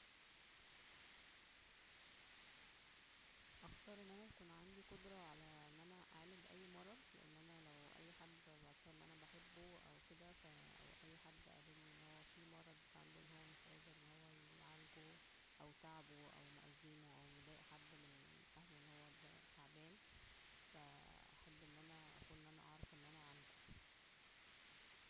هاختار انا انا يكون عنودى قدرة ان انا اعالج اى مرض, لان انا لو اى حد انا بحبه او كدا وا اى حد قابلنى انه فى مرض عنده انه مش قادر انه هو يعالجه او تعبه او مأزمه او مضايق انه هو حد من اهله انه هو تعبان, فا احب ان انا اكون اعرف ان انا اعالجه